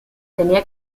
tenía